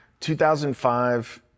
2005